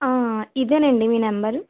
ఇదేనా అండి మీ నెంబరు